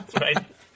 Right